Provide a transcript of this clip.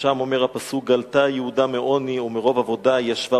שם אומר הפסוק: "גלתה יהודה מעני ומרב עבדה ישבה